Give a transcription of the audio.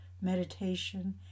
meditation